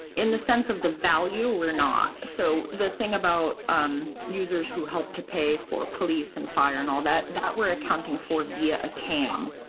in the sense of the value, we're not. so the thing about um users who help to pay for police and fire and all that, that we're accounting for via cam